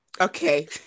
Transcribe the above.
Okay